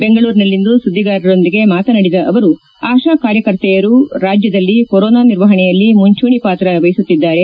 ಬೆಂಗಳೂರಿನಲ್ಲಿಂದು ಸುದ್ಲಿಗಾರರೊಂದಿಗೆ ಮಾತನಾಡಿದ ಅವರು ಆಶಾ ಕಾರ್ಯಕರ್ತೆಯರು ರಾಜ್ಯದಲ್ಲಿ ಕೊರೋನಾ ನಿರ್ವಹಣೆಯಲ್ಲಿ ಮುಂಚೂಣಿ ಪಾತ್ರ ವಹಿಸುತ್ತಿದ್ದಾರೆ